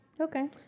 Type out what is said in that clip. Okay